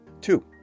Two